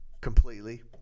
completely